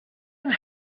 and